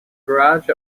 garage